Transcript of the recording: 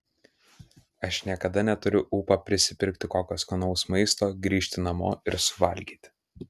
aš niekada neturiu ūpo prisipirkti kokio skanaus maisto grįžti namo ir suvalgyti